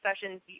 sessions